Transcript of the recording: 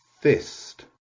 fist